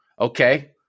Okay